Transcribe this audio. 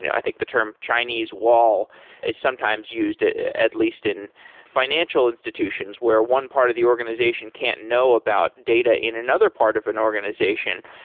i think, the term chinese wall is sometimes used ah at least in financial institutions where one part of the organization can't know about data in another part of an organization.